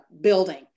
building